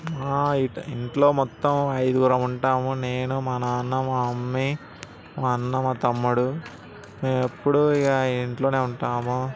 ఇంటిలో మొత్తం అయిదుగురం ఉంటాము నేను మా నాన్న మా మమ్మీ మా అన్న మా తమ్ముడు మేము ఎప్పుడు ఇక ఇంట్లోనే ఉంటాము